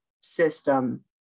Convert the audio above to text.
system